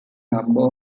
number